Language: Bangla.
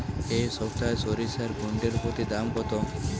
এই সপ্তাহে সরিষার কুইন্টাল প্রতি দাম কত?